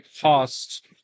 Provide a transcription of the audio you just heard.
cost